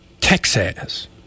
Texas